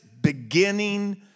beginning